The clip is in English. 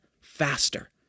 faster